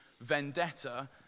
vendetta